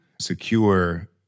secure